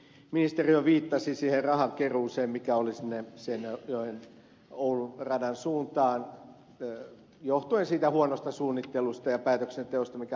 ministeri jo viittasi siihen rahan keruuseen mikä oli sinne seinäjokioulu radan suuntaan johtuen siitä huonosta suunnittelusta ja päätöksenteosta mikä hallituksessa oli